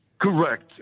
correct